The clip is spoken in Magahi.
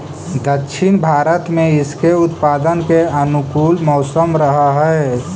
दक्षिण भारत में इसके उत्पादन के अनुकूल मौसम रहअ हई